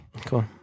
cool